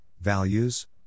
values